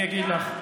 אני אגיד לך.